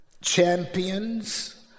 champions